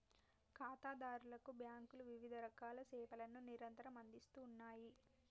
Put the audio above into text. ఖాతాదారులకు బ్యాంకులు వివిధరకాల సేవలను నిరంతరం అందిస్తూ ఉన్నాయి